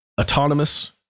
Autonomous